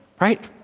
right